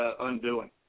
undoing